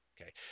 Okay